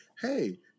hey